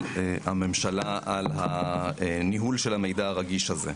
הממשלה על ניהול המידע הרגיש הזה.